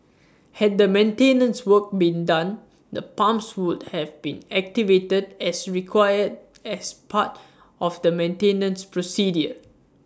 had the maintenance work been done the pumps would have been activated as required as part of the maintenance procedure